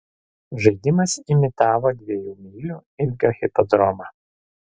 žaidimas imitavo dviejų mylių ilgio hipodromą